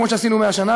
כמו שעשינו 100 שנה,